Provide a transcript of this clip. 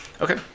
okay